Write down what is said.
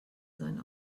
sein